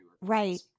Right